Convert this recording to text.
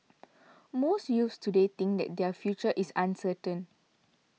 most youths today think that their future is uncertain